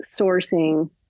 sourcing